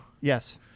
Yes